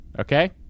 Okay